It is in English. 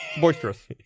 Boisterous